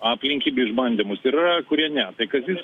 aplinkybių išbandymus ir yra kurie ne tai kazys